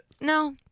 No